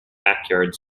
backyard